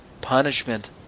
Punishment